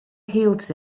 heals